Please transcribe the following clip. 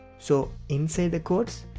so inside the quotes,